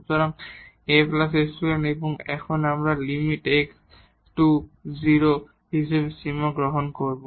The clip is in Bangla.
সুতরাং Aϵ এবং এখন আমরা limit x → 0 হিসাবে সীমা গ্রহণ করব